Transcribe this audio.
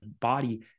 body